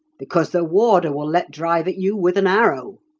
because the warder will let drive at you with an arrow.